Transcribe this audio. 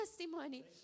testimony